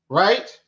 right